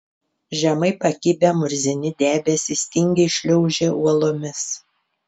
žemai pakibę murzini debesys tingiai šliaužė uolomis